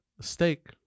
steak